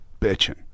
bitching